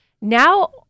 Now